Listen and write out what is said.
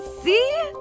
See